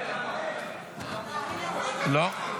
לא?